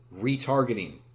retargeting